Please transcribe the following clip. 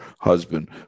husband